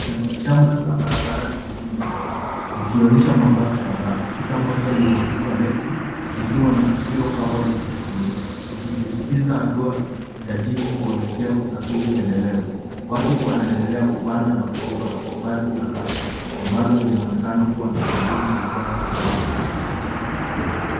Shamrashamra za barabarani jijini Nairobi zikionyesha mabasi kadhaa, hasa moja lililoandikwa electric likiwa na zero carbon footprint ikisistiza hatua ya jiji kueleke kwa usafiri endelevu. Watu wanaendelea kupanda na kushuka basi la kati ambalo linaonekana kuwa la kampuni iitwayo Cityhopper.